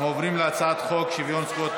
אנחנו עוברים להצעת חוק שוויון זכויות